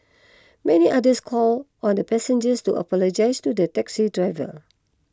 many others called on the passengers to apologise to the taxi driver